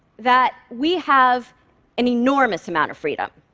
that we have an enormous amount of freedom.